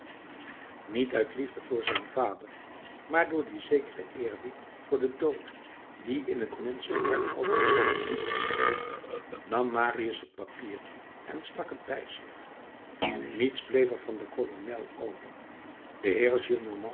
niet uit liefde voor zijn vader maar door dien zekeren eerbied voor den dood die in t menschelijk hart altijd zoo gebiedend spreekt nam marius het papier en stak het bij zich niets bleef er van den kolonel over de heer